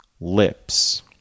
lips